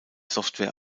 software